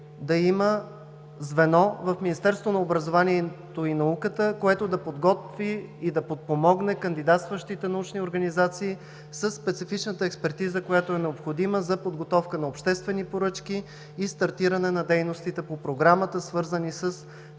да има звено в Министерството на образованието и науката, което да подпомогне кандидатстващите научни организации със специфичната експертиза, която е необходима за подготовка на обществени поръчки и стартиране на дейностите по Програмата, свързани със строителни